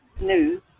news